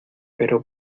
pero